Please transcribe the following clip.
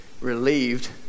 relieved